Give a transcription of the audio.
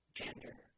gender